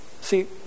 See